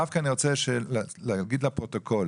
דווקא אני רוצה לומר לפרוטוקול